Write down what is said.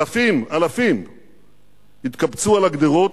אלפים אלפים התקבצו על הגדרות.